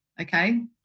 okay